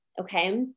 Okay